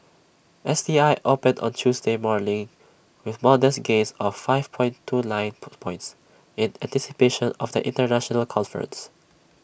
S T I opened on Tuesday morning with modest gains of five point two nine put points in anticipation of the International conference